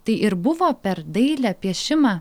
tai ir buvo per dailę piešimą